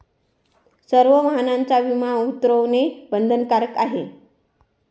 सर्व वाहनांचा विमा उतरवणे बंधनकारक आहे